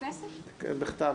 כן צריך בכתב.